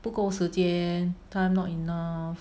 不够时间 time not enough